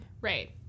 right